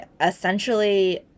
essentially